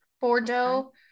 Bordeaux